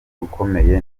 ukomeye